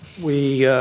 we